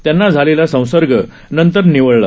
त्यांना झालेला संसर्ग नंतर निवळला